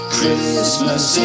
Christmas